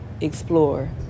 explore